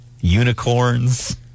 Unicorns